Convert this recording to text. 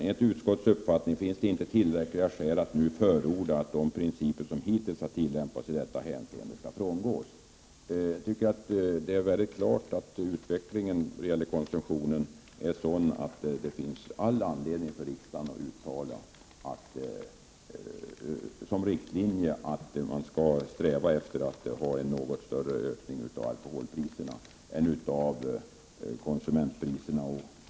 Enligt utskottets uppfattning finns det inte tillräckliga skäl att nu förorda att de principer som hittills har tillämpats i detta hänseende frångås.” Det är klart att utvecklingen av alkoholkonsumtionen är sådan att det finns all anledning för riksdagen att uttala att man bör sträva efter att som riktlinje ha att vi skall ha något större ökning av alkoholpriserna än konsumentpriserna.